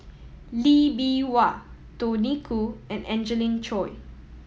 Lee Bee Wah Tony Khoo and Angelina Choy